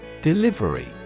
Delivery